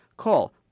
call